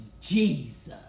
Jesus